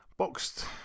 Boxed